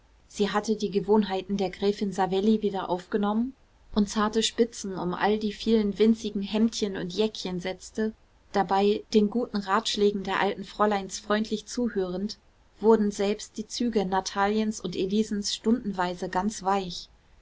sie hatte die gewohnheiten der gräfin savelli wieder aufgenommen und zarte spitzen um all die vielen winzigen hemdchen und jäckchen setzte dabei den guten ratschlägen der alten fräuleins freundlich zuhörend wurden selbst die züge nataliens und elisens stundenweise ganz weich